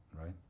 right